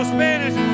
Spanish